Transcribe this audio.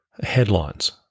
headlines